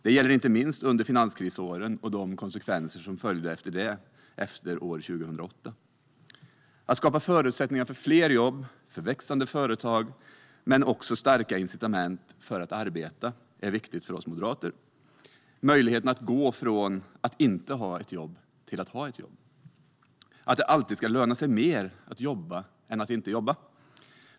Det gällde inte minst under finanskrisåren och konsekvenserna av dem efter år 2008. Att skapa förutsättningar för fler jobb och växande företag men också starka incitament att arbeta är viktigt för oss moderater. Vi vill skapa möjligheter att gå från att inte ha ett jobb till att ha ett jobb. Det ska alltid löna sig mer att jobba än att inte jobba.